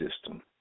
system